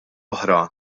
oħra